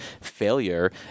failure